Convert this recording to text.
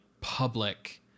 public